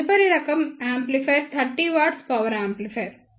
తదుపరి రకం amplifier 30 W power amplifier